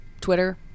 Twitter